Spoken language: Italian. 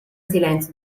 silenzio